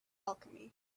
alchemy